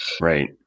right